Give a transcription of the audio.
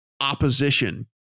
opposition